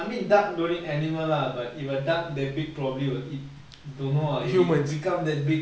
I mean duck don't eat animal lah but if a duck that big probably will eat don't know ah if he become that big